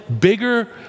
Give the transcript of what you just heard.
bigger